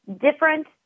different